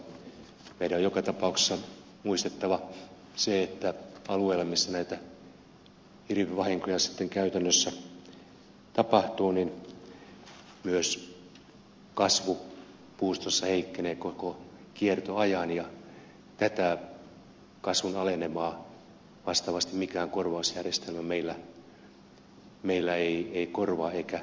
meidän on joka tapauksessa muistettava se että alueella missä näitä hirvivahinkoja käytännössä tapahtuu myös kasvu puustossa heikkenee koko kiertoajan ja tätä kasvun alenemaa vastaavasti mikään korvausjärjestelmä meillä ei korvaa eikä kata